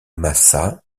massa